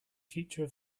future